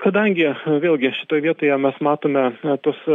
kadangi vėlgi šitoj vietoje mes matome a tuos